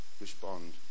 respond